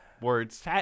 Words